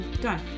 done